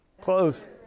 Close